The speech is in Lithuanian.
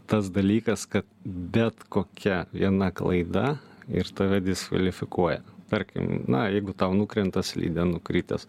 tas dalykas kad bet kokia viena klaida ir tave diskvalifikuoja tarkim na jeigu tau nukrenta slidė nukritęs